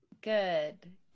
Good